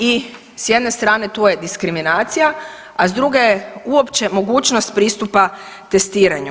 I s jedne strane tu je diskriminacija, a s druge je uopće mogućnost pristupa testiranju.